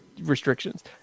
restrictions